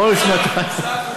כל שנתיים.